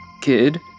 kid